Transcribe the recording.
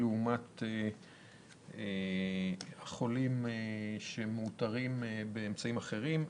לעומת חולים שמאותרים באמצעים אחרים.